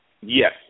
Yes